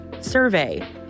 survey